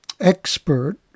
expert